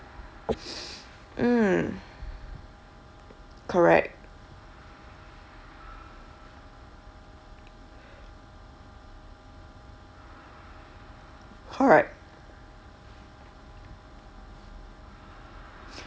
mm correct correct